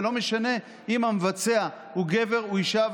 ולכן לא משנה אם המבצע הוא גבר או אישה.